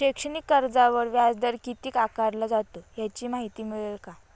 शैक्षणिक कर्जावर व्याजदर किती आकारला जातो? याची माहिती मिळेल का?